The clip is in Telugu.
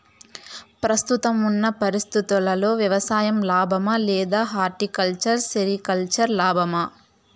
ప్రస్తుతం ఉన్న పరిస్థితుల్లో వ్యవసాయం లాభమా? లేదా హార్టికల్చర్, సెరికల్చర్ లాభమా?